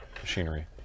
Machinery